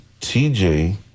TJ